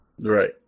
Right